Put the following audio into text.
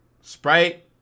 sprite